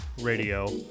radio